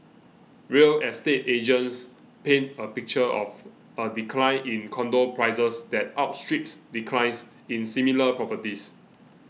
real estate agents paint a picture of a decline in condo prices that outstrips declines in similar properties